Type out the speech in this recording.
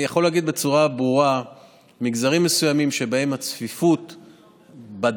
אני יכול להגיד בצורה ברורה שמגזרים מסוימים שבהם יש צפיפות בדירה,